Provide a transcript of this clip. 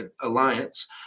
alliance